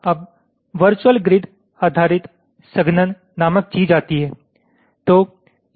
अब virtual grid आधारित संघनन नामक चीज़ आती है